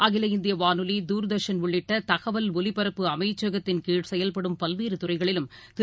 அகில இந்தியவானொலி தூர்தர்ஷன் உள்ளிட்டதகவல் ஒலிபரப்பு அமைச்சகத்தின் கீழ் செயல்படும் பல்வேறுதுறைகளிலும் திரு